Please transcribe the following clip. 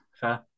Fair